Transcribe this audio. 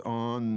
on